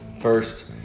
First